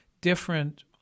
different